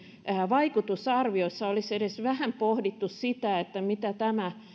vaikutusarviossa olisi edes vähän pohdittu sitä mitä tämä